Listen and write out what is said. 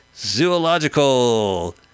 zoological